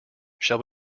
shall